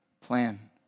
plan